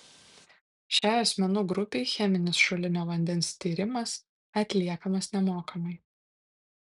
šiai asmenų grupei cheminis šulinio vandens tyrimas atliekamas nemokamai